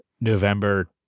november